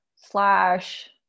slash